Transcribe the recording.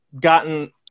gotten